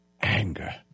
anger